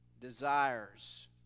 desires